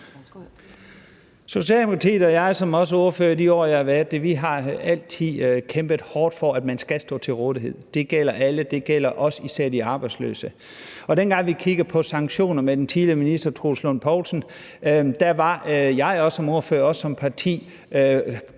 Socialdemokratiet og jeg som ordfører i de år, jeg har været det, har altid kæmpet hårdt for, at man skal stå til rådighed. Det gælder alle, og det gælder især også de arbejdsløse. Dengang vi kiggede på sanktioner med den tidligere minister, Troels Lund Poulsen, pressede jeg som ordfører og